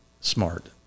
smart